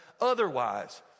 otherwise